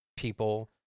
people